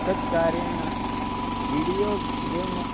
तत्कारणेन video game